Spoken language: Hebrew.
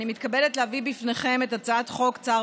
אני מתכבדת להביא בפניכם את הצעת חוק צער